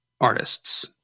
artists